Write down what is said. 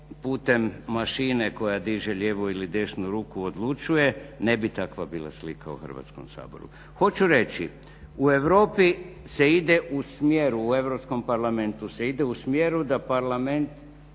putem mašine koja diže lijevu ili desnu ruku odlučuje ne bi takva bila slika u Hrvatskom saboru. Hoću reći, u Europi se ide u smjeru u Europskom parlamentu se ide u smjeru da parlament